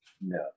No